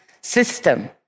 system